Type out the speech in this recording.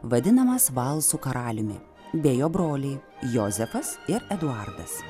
vadinamas valsų karaliumi bei jo broliai jozefas ir eduardas